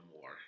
more